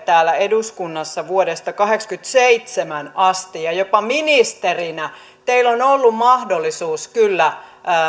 täällä eduskunnassa vuodesta kahdeksankymmentäseitsemän asti ja ja jopa ministerinä teillä on ollut mahdollisuus kyllä